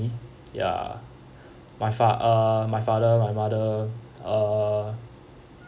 ya my fa~ uh my father my mother err